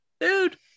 Dude